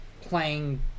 playing